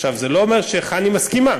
עכשיו, זה לא אומר שחנ"י מסכימה,